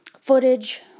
footage